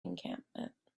encampment